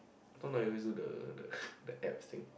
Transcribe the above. I thought now you always do the the the abs thing